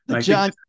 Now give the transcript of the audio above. john